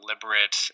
deliberate